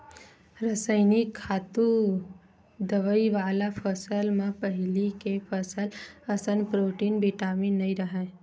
रसइनिक खातू, दवई वाला फसल म पहिली के फसल असन प्रोटीन, बिटामिन नइ राहय